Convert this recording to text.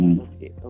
okay